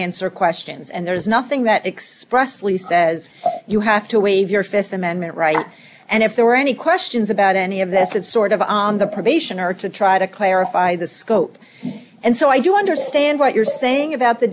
answer questions and there is nothing that expressly says you have to waive your th amendment right and if there were any questions about any of this it sort of on the probation are to try to clarify the scope and so i do understand what you're saying about the